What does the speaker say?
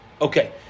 Okay